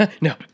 No